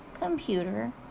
computer